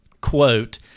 Quote